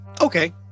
Okay